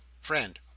friend